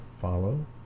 follow